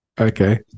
Okay